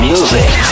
Music